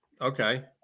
Okay